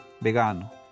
vegano